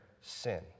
sin